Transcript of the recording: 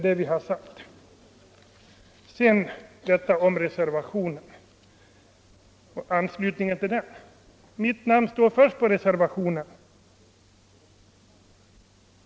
Sedan vill jag säga något om reservationen och anslutningen till den. Mitt namn står ju först på reservationen.